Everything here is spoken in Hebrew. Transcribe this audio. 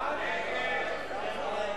ההצעה להסיר